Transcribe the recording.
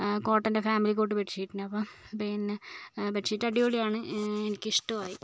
കോട്ടൻ്റെ family cot bed ഷീറ്റിന് പിന്നെ ഇപ്പോൾ പിന്നെ ബെഡ് ഷീറ്റ് അടിപൊളിയാണ് എനിക്കിഷ്ടവുമായി